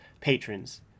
patrons